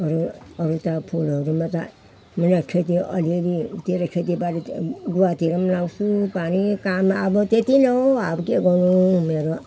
अरूहरू त फुलहरूमा त हामीलाई खेती अलि अलि त्यति खेतीबारी त गुवातिर लगाउँछु पानी काम अब त्यति नै हो अब के गरौँ मेरो